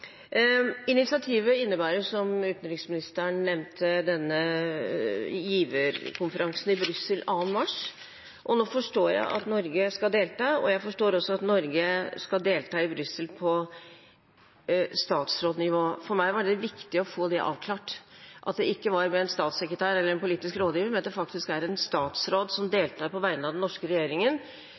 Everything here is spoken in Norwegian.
Initiativet innebærer, som utenriksministeren nevnte, denne giverkonferansen i Brussel den 2. mars. Nå forstår jeg at Norge skal delta, og jeg forstår også at Norge skal delta i Brussel på statsrådnivå. For meg var det viktig å få avklart at det ikke var med en statssekretær eller en politisk rådgiver, men at det faktisk er en statsråd som deltar på vegne av den norske regjeringen